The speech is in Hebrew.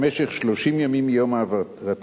למשך 30 ימים מיום העברתם.